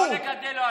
מה שקורה בנגב,